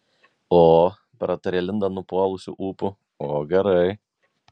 o pratarė linda nupuolusiu ūpu o gerai